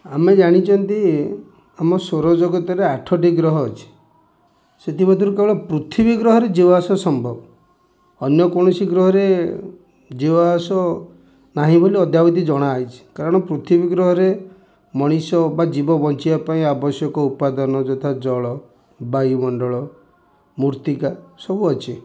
ଆମେ ଜାଣିଛନ୍ତି ଆମ ସୌରଜଗତରେ ଆଠଟି ଗ୍ରହ ଅଛି ସେଥିମଧ୍ୟରୁ କେବଳ ପୃଥିବୀ ଗ୍ରହରେ ଯାଆସ ସମ୍ଭବ ଅନ୍ୟ କୌଣସି ଗ୍ରହରେ ଯାଆସ ନାହିଁ ବୋଲି ଅଦ୍ୟାବିଧୀ ଜଣା ହେଇଛି କାରଣ ପୃଥିବୀ ଗ୍ରହରେ ମଣିଷ ବା ଜୀବ ବଞ୍ଚିବା ପାଇଁ ଆବଶ୍ୟକ ଉପାଦନ ଯଥା ଜଳ ବାୟୁମଣ୍ଡଳ ମୂର୍ତ୍ତିକା ସବୁ ଅଛି